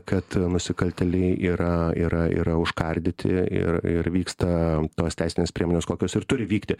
kad nusikaltėliai yra yra yra užkardyti ir ir vyksta tos teisinės priemonės kokios ir turi vykti